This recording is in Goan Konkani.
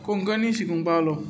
कोंकणी शिकूंक पावलो